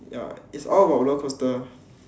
ya is all about roller coasters